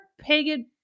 pagan